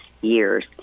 years